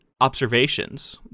observations